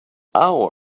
our